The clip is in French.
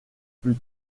plus